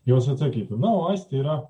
juos atsakytų na o aistė yra